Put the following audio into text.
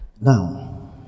Now